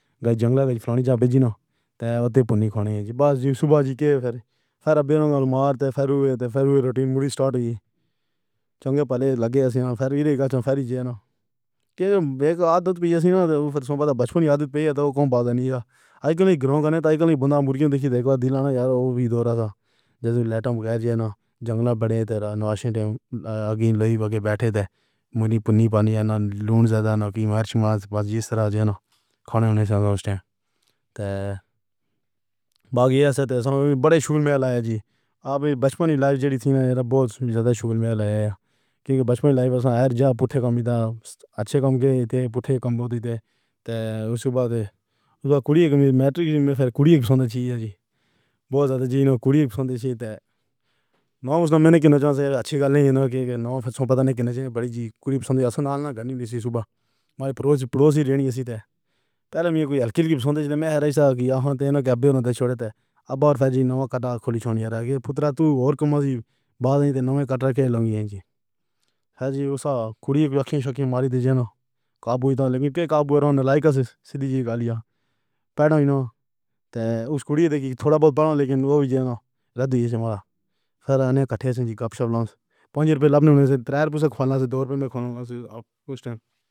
جنگلات جابے جی نہ تیں پھنی کھنی بس صبح جی کے پھر۔ پھر ابّے ننگال مار تے پھیرو ہیتے روٹین سٹارٹ ہوئی۔ چنگے پہلے لگے حسینہ پھر ویرے گچھ پھیری۔ جان کے اک عادت وی حسینہ تو پتہ بچپن یاد پئی ہے تو بعد نہیں ہے۔ آج کل گرو کرنے تے آج کل بندا مرغی دیکھی دیکھ کر دل نہ یار او بھی دور کا۔ جیسے لیٹر وغیرہ۔ جانا۔ جنگلا۔ بڑھے تیرا ناش ٹائم اگھی لگی بیٹھے تھے۔ مونی پھنی پانی نہ لوݨ۔ زیادہ نہ کی مارج ماج باز۔ اس طرح جانا کھانے میں سمجھتے ہیں تے باقی سے بڑے شکّر ملے ہے جی۔ اب بچپن ہی لائف جیڑی تھی نا بہت زیادہ شُبھ ملا ہے کیونکہ بچپن لائف کا حیران۔ پوچھو کمیت اچھے کم کیتے تے پُٹے کم ہوندے سن تو اُس دے بعد کُڑی میٹرک میں پھر کُڑی پسند تھی جی۔ بہت زیادہ چینی کُڑی پسند سن۔ نام میں نے کناروں سے اچھی گلی کے نام پتہ نہیں کتنے بڑے جی۔ کُڑی پسند نہ کرنی تھی صبح۔ پڑوسی پڑوسی نہیں سن۔ پہلے میں کوئی ہلکی کی پسند تھی۔ میں صحیح تھا کہ اب تو چھوڑ۔ تے اب اور جی نہ کٹا کھولی سونی ہے۔ پترا تو اور کم جی بات نہ کریں۔ لونگی جی حج جی اُس دا۔ کُڑی دی اچھی چھکّی ماری تے جانا۔ قابو تا لیکن پھر قابو نہ لایا تو سیدھی گالیاں پڑو۔ ایݨا تے اُس کُڑی دیگی تھوڑا بہت، پر لیکن او بھی ذرا ردّ ہوئی۔ ہمارا سارا کٹّے سے کپ شپ لاو پنج روپے لب نے تیرا خواب دو روپے میں کھلاؤں گا۔ کُچھ ٹائم۔